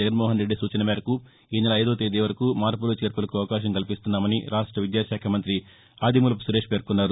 జగన్మోహన్రెడ్డి సూచన మేరకు ఈ నెల ఐదవ తేదీ వరకు మార్పులు చేర్పులకు అవకాశం కల్పిస్తున్నామని రాష్ట విద్యాశాఖ మంతి ఆదిమూలపు సురేష్ పేర్కొన్నారు